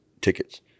tickets